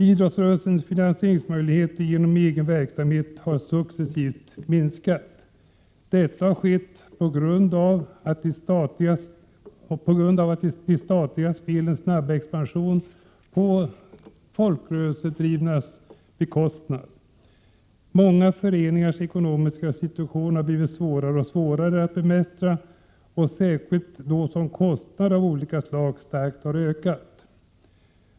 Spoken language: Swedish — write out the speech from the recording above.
Idrottsrörelsens finansieringsmöjligheter genom egen verksamhet har successivt minskat. Detta har skett på grund av de statliga spelens snabba expansion på de folkrörelsedrivnas bekostnad. Många föreningars ekonomiska situation har blivit svårare och svårare att bemästra, särskilt som kostnader av olika slag har ökat starkt.